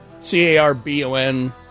C-A-R-B-O-N